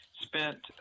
spent